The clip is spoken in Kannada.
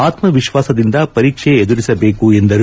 ಆತ್ಮವಿಶ್ವಾಸದಿಂದ ಪರೀಕ್ಷೆ ಎದುರಿಸಬೇಕು ಎಂದರು